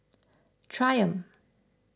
Triumph